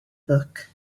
book